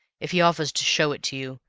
if he offers to show it to you,